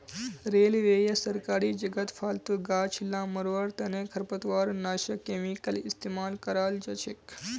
railway या सरकारी जगहत फालतू गाछ ला मरवार तने खरपतवारनाशक केमिकल इस्तेमाल कराल जाछेक